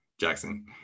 Jackson